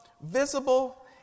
visible